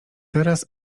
teraz